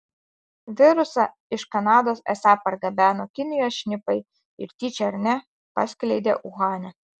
virusą iš kanados esą pargabeno kinijos šnipai ir tyčia ar ne paskleidė uhane